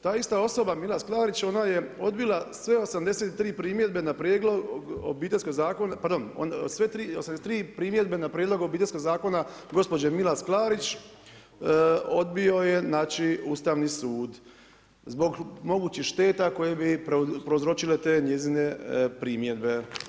Ta isto osoba Milas Klarić, ona je odbila sve 83 primjedbe na Prijedlog Obiteljskog zakona, pardon, sve 83 primjedbe na Prijedlog Obiteljskog zakona gospođe Milas Klarić, odbio je znači Ustavni sud zbog mogućih šteta koje bi prouzročile te njezine primjedbe.